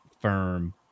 firm